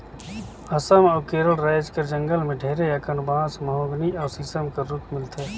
असम अउ केरल राएज कर जंगल में ढेरे अकन बांस, महोगनी अउ सीसम कर रूख मिलथे